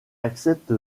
accepte